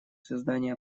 создание